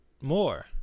more